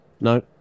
No